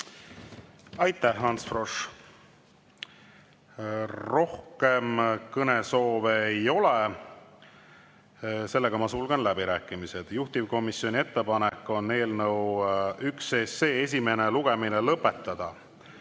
Aitäh, Ants Frosch! Rohkem kõnesoove ei ole. Sellega ma sulgen läbirääkimised. Juhtivkomisjoni ettepanek on eelnõu 1 esimene lugemine lõpetada.